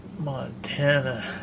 Montana